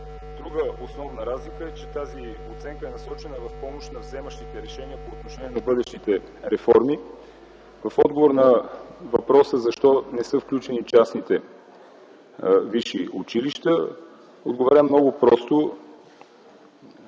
Друга основна разлика е, че тази оценка е насочена в помощ на вземащите решения по отношение на бъдещите реформи. В отговор на въпроса защо не са включени частните висши училища, отговарям много просто: